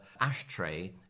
ashtray